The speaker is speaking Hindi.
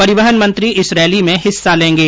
परिवहन मंत्री इस रैली में हिस्सा लेंगे